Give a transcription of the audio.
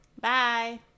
Bye